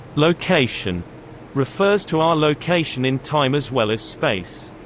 location refers to our location in time as well as space.